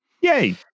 yay